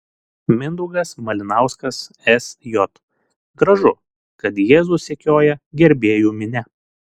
mindaugas malinauskas sj gražu kad jėzų sekioja gerbėjų minia